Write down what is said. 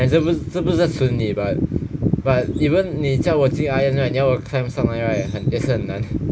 这不是这不是要损你 but but even 你叫我进 iron right 你要我 climb 上来 right 也是很难